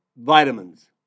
vitamins